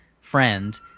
friend